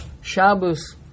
Shabbos